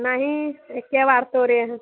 नहीं एक्के बार तोड़े हैं